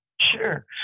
Sure